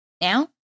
Now